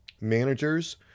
Managers